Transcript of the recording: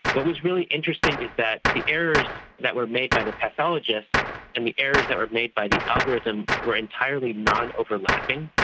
what was really interesting is that the errors that were made by the pathologist and the errors that were made by the algorithm were entirely nonoverlapping,